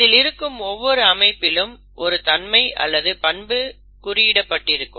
இதில் இருக்கும் ஒவ்வொரு அமைப்பிலும் ஒரு தன்மை அல்லது பண்பு குறிப்பிடப்பட்டிருக்கும்